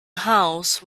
house